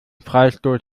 freistoß